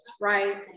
right